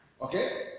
Okay